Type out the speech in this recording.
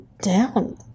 down